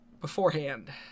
beforehand